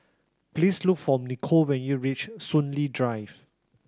please look for Niko when you reach Soon Lee Drive